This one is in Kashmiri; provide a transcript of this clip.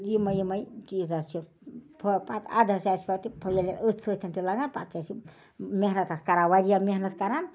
یِمٕے یِمٕے چیٖز حظ چھِ فٲ اَدٕ حظ چھِ اَسہِ پتہٕ ییٚلہِ أتھٕے سۭتۍ چھِ لَگان پتہٕ چھِ اَسہِ یِم محنت اَتھ کران واریاہ محنت اَتھ کران